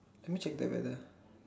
let me check the weather